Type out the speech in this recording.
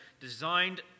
designed